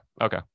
Okay